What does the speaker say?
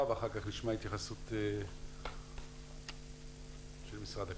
ואחר כך נשמע התייחסות של משרד הכלכלה.